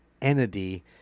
entity